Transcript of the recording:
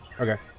Okay